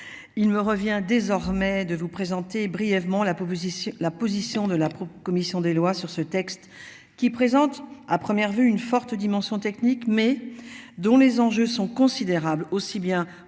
Il me revient désormais de vous présenter brièvement la proposition. La position de la commission des lois sur ce texte qui présente à première vue une forte dimension technique mais dont les enjeux sont considérables, aussi bien pour